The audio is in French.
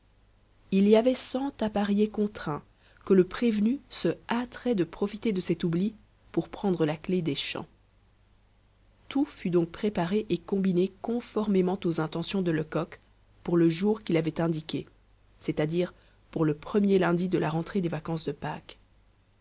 il y avait cent à parier contre un que le prévenu se hâterait de profiter de cet oubli pour prendre la clef des champs tout fut donc préparé et combiné conformément aux intentions de lecoq pour le jour qu'il avait indiqué c'est-à-dire pour le premier lundi de la rentrée des vacances de pâques